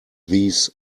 these